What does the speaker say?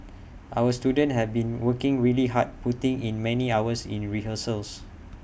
our students have been working really hard putting in many hours in rehearsals